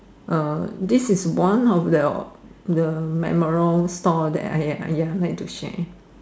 uh this is one of the the memorable store that I ya like to share